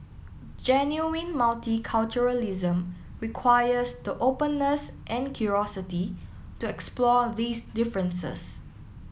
genuine multiculturalism requires the openness and curiosity to explore these differences